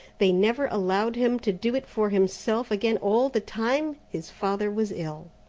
they never allowed him to do it for himself again all the time his father was ill.